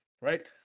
right